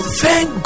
thank